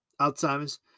Alzheimer's